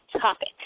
topic